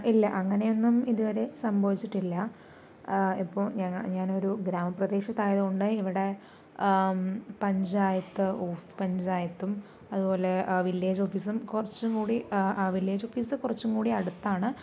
ഇല്ല അങ്ങനെയൊന്നും ഇതുവരെ സംഭവിച്ചിട്ടില്ല ഇപ്പോൾ ഞാൻ ഞാനൊരു ഗ്രാമപ്രദേശത്തായതുകൊണ്ട് ഇവിടെ പഞ്ചായത്ത് ഓഫ് പഞ്ചായത്തും അതുപോലെ വില്ലേജ് ഓഫീസും കുറച്ചും കൂടി വില്ലേജ് ഓഫീസ് കുറച്ചും കൂടി അടുത്താണ്